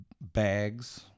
bags